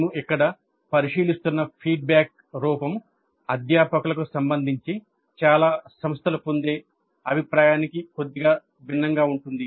మేము ఇక్కడ పరిశీలిస్తున్న ఫీడ్బ్యాక్ రూపం అధ్యాపకులకు సంబంధించి చాలా సంస్థలు పొందే అభిప్రాయానికి కొద్దిగా భిన్నంగా ఉంటుంది